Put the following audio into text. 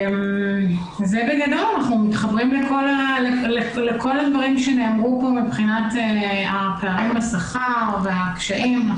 אנחנו מתחברים לכל הדברים שנאמרו פה מבחינת הפערים בשכר והקשיים.